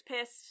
pissed